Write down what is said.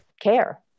care